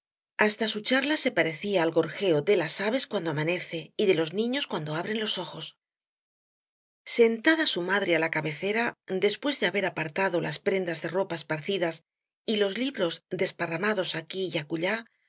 hasta su charla se parecía al gorjeo de las aves cuando amanece y de los niños cuando abren los ojos sentada su madre á la cabecera después de haber apartado las prendas de ropa esparcidas y los libros desparramados aquí y acullá